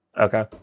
Okay